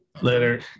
Later